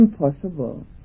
impossible